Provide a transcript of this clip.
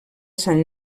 sant